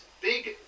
big